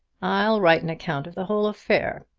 i'll write an account of the whole affair,